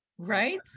right